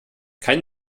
kein